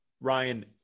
Ryan